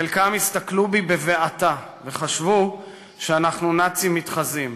חלקם הסתכלו בי בבעתה וחשבו שאנחנו נאצים מתחזים.